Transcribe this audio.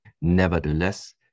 Nevertheless